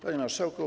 Panie Marszałku!